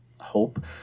hope